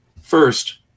first